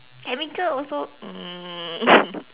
chemical also um